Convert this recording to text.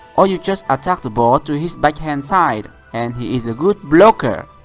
or you just attack the ball to his backhand side and he is a good blocker?